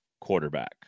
quarterback